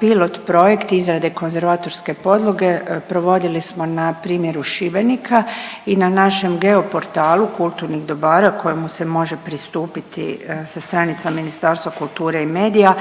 pilot projekt izrade konzervatorske podloge provodili smo na primjeru Šibenika i na našem Geoportalu kulturnih dobara kojemu se može pristupiti sa stranica Ministarstva kulture i medija